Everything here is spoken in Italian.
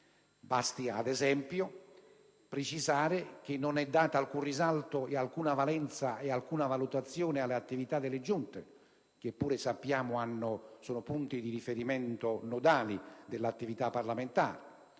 Basti ad, esempio, precisare che non è dato alcun risalto e valenza, né è presente alcuna valutazione in merito all'attività delle Giunte, che pur sappiamo è un punto di riferimento nodale dell'attività parlamentare.